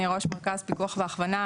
אני ראש מרכז פיקוח והכוונה,